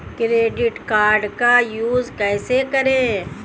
Credit card का use कैसे करें?